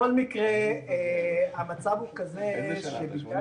בכל מקרה, המצב הוא כזה שבגלל